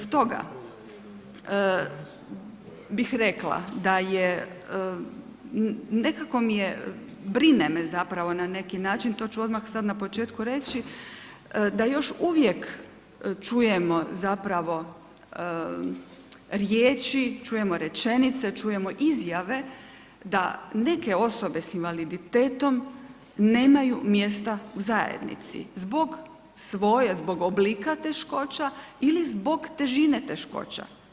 Stoga bih rekla da je, nekako brine me zapravo na neki način, to ću odmah sad na početku reći da još uvijek čujemo zapravo riječi, čujemo rečenice, čujemo izjave da neke osobe s invaliditetom nemaju mjesta u zajednici zbog svoje, zbog oblika teškoća ili zbog težine teškoća.